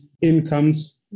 incomes